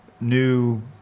new